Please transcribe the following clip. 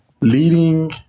Leading